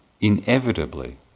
inevitably